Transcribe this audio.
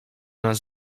nas